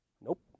Nope